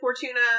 Fortuna